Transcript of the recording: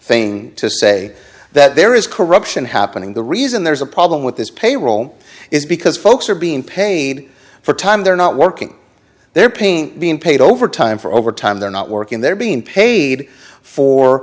thing to say that there is corruption happening the reason there's a problem with this payroll is because folks are being paid for time they're not working they're paying being paid overtime for overtime they're not working they're being paid for